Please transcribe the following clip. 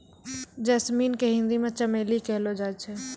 jasmine के हिंदी मे चमेली कहलो जाय छै